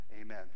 amen